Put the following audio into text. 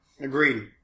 Agreed